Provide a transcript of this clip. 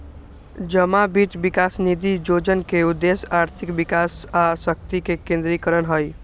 जमा वित्त विकास निधि जोजना के उद्देश्य आर्थिक विकास आ शक्ति के विकेंद्रीकरण हइ